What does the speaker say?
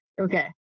Okay